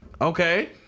Okay